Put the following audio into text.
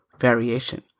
variation